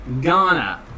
Ghana